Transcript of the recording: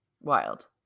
Wild